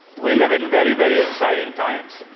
we live in very, very exciting times.